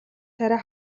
тариа